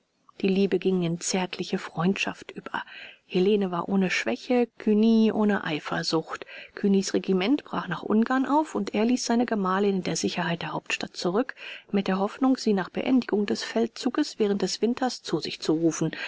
die liebe ging in zärtliche freundschaft über helene war ohne schwäche cugny ohne eifersucht cugnys regiment brach nach ungarn auf und er ließ seine gemahlin in der sicherheit der hauptstadt zurück mit der hoffnung sie nach beendigung des feldzuges während des winters zu sich zu rufen